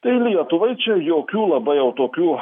tai lietuvai čia jokių labai jau tokių